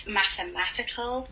mathematical